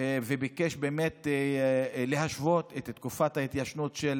ביקש להשוות את תקופת ההתיישנות של